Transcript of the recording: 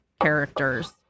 characters